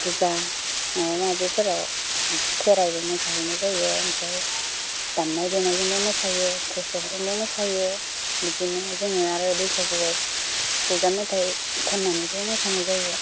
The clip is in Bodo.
फुजा माबा माबिफोराव खेराइबो मोसाहैनाय जायो ओमफ्राय दामनाय देनायजोंबो मोसायो केसेटजोंबो मोसायो बिदिनो जोङो आरो बैसागुआव खुगा मेथाइ खन्नानैबो मोसानाय जायो